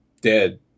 dead